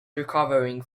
recovering